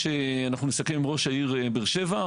כשנסכם עם ראש העיר באר שבע,